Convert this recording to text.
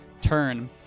turn